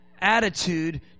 attitude